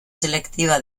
selectiva